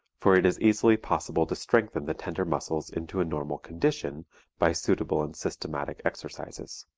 for it is easily possible to strengthen the tender muscles into a normal condition by suitable and systematic exercises.